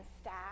staff